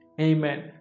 Amen